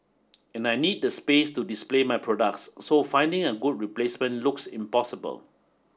and I need the space to display my products so finding a good replacement looks impossible